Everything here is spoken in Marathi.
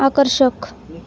आकर्षक